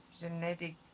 genetic